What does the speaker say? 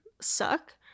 suck